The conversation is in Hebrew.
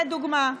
לדוגמה,